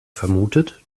vermutet